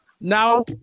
Now